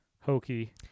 hokey